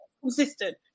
consistent